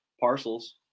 parcels